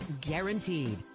guaranteed